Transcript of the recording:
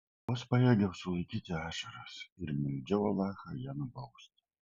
vos pajėgiau sulaikyti ašaras ir meldžiau alachą ją nubausti